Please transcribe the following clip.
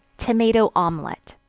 tomato omelet.